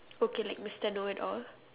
okay like mister know it all